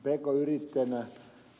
arvoisa puhemies